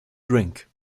drink